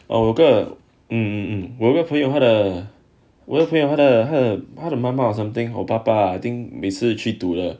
我个 mmhmm 我有朋友他的我的朋友他的他的妈妈 or something or 爸爸 think 每次去赌的